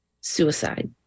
suicide